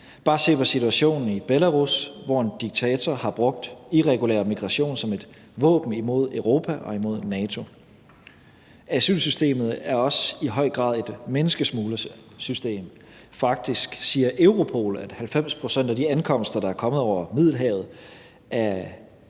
Bare se på situationen i Belarus, hvor en diktator har brugt irregulær migration som et våben imod Europa og imod NATO. Asylsystemet er også i høj grad et menneskesmuglersystem. Faktisk siger Europol, at 90 pct. af de ankomster, der har rejst over Middelhavet,